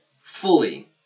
fully